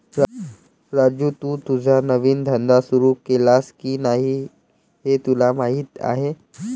राजू, तू तुझा नवीन धंदा सुरू केलास की नाही हे तुला माहीत आहे